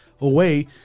away